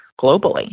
globally